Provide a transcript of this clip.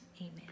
amen